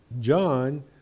John